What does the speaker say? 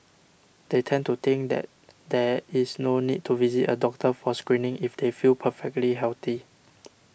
they tend to think that there is no need to visit a doctor for screening if they feel perfectly healthy